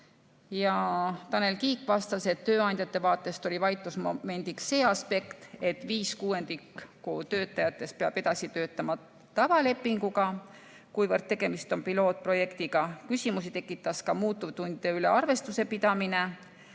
Tanel Kiik vastas, et tööandjate vaatest oli vaidlusmomendiks see aspekt, et viis kuuendikku töötajatest peab edasi töötama tavalepinguga, kuivõrd tegemist on pilootprojektiga. Küsimusi tekitas ka muutuvtundide üle arvestuse pidamine.